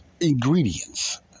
ingredients